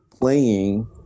Playing